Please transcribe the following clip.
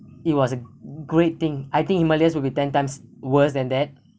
it was a great thing I think himalayas will be ten times worst than that